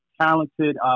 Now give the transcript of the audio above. talented